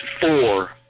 four